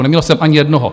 Neměl jsem ani jednoho.